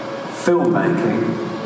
filmmaking